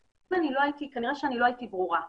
כנראה שלא הייתי ברורה.